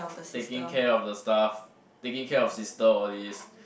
taking care of the stuff taking care of sister all these